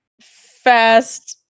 fast